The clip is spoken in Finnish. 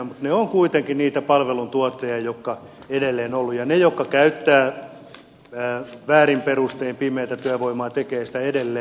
mutta ne ovat kuitenkin niitä palveluntuottajia joita edelleen on ollut ja ne jotka käyttävät väärin perustein pimeää työvoimaa tekevät sitä edelleen